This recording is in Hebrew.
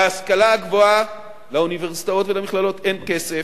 להשכלה הגבוהה, לאוניברסיטאות ולמכללות אין כסף,